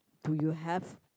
do you have